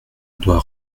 doit